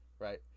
Right